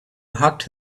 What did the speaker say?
hugged